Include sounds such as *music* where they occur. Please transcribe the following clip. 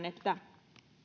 *unintelligible* että